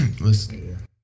Listen